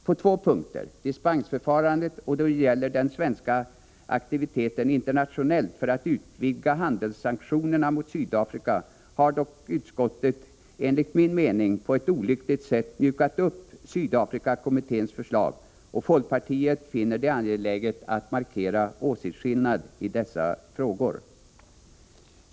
På två punkter, dispensförfarandet och då det gäller den svenska aktiviteten internationellt för att utvidga handelssanktionerna mot Sydafrika, har dock utskottet enligt min mening på ett olyckligt sätt mjukat upp Sydafrikakommitténs förslag, och folkpartiet finner det angeläget att markera åsiktsskillnad i dessa frågor.